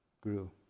grew